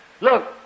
Look